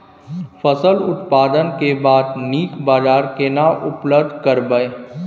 फसल उत्पादन के बाद नीक बाजार केना उपलब्ध कराबै?